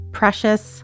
precious